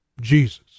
Jesus